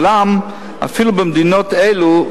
אולם אפילו במדינות אלה,